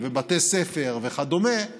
עברה בקריאה הראשונה ותועבר לוועדת